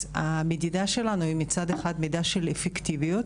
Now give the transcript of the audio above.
המדידה שלנו היא מצד אחד מדידה של אפקטיביות,